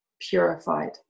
purified